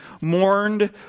mourned